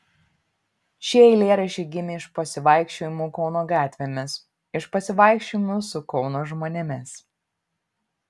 šie eilėraščiai gimė iš pasivaikščiojimų kauno gatvėmis iš pasivaikščiojimų su kauno žmonėmis